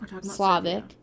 Slavic